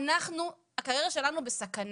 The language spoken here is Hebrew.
אנחנו הקריירה שלנו בסכנה.